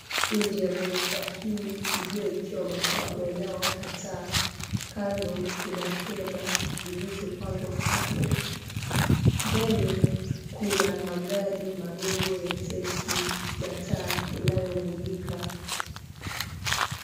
Inje ya ghorofa hii iliyoekewa mapambo yanayowaka taa kando kuna hema zilizo pangwa hapo. Mbele kuna magari madogo ya texi la taa inayomulika.